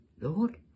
Lord